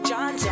John